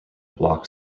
block